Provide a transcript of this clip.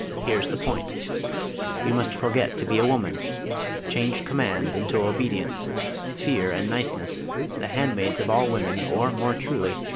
here's the point you must forget to be a woman change command into obedience fear and niceness the handmaids of all women, or, more truly,